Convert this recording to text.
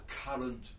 current